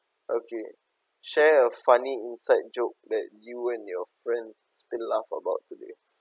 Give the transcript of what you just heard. okay share a funny inside joke that you and your friends still laugh about today